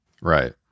Right